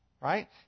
Right